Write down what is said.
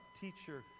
teacher